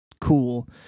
cool